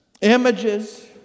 Images